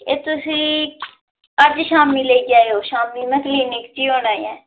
एह् अज्ज शामीं लेई जायो अज्ज शामीं एह् भी होना ई